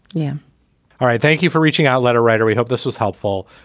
yeah all right. thank you for reaching out. letter writer we hope this was helpful.